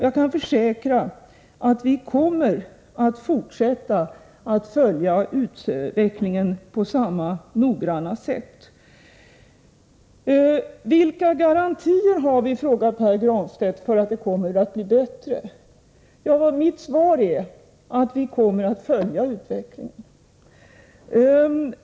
Jag kan försäkra att vi kommer att fortsätta att följa utvecklingen på samma noggranna sätt. Vilka garantier har vi, frågar Pär Granstedt, för att det kommer att bli bättre? Mitt svar är att vi kommer att följa utvecklingen.